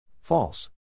False